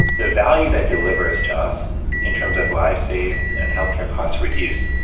the value that delivers to us in terms of life saved, and healthcare costs reduced,